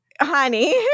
honey